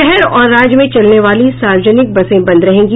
शहर और राज्य में चलने वाली सार्वजनिक बसें बंद रहेंगी